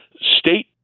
state